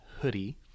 hoodie